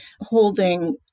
holding